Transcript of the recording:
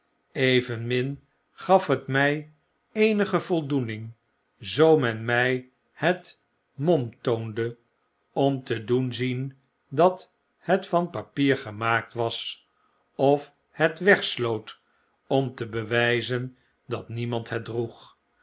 evenmin gaf het my eenige voldoening zoo men my het mom toonde om te doen zien dat het van papier gemaakt was of het wegsloot om te bewyzen dat niemand het droeg